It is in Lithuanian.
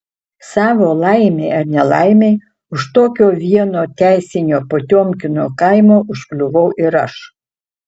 savo laimei ar nelaimei už tokio vieno teisinio potiomkino kaimo užkliuvau ir aš